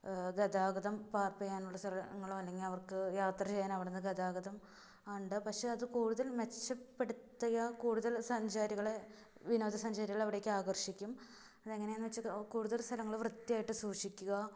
ഗതാഗതം പാര്ക്ക് ചെയ്യാനുള്ള സ്ഥലങ്ങളോ അല്ലെങ്കിൽ അവര്ക്ക് യാത്ര ചെയ്യാന് അവിടെ നിന്ന് ഗതാഗതം ഉണ്ട് പക്ഷേ അതു കൂടുതൽ മെച്ചപ്പെടുത്തിയാൽ കൂടുതൽ സഞ്ചാരികളെ വിനോദ സഞ്ചാരികളെ അവിടേക്ക് ആകര്ഷിക്കും അതെങ്ങനെയെന്നു വെച്ചാൽ കൂടുതൽ സ്ഥലങ്ങൾ വൃത്തിയായിട്ട് സൂക്ഷിക്കുക